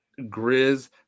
Grizz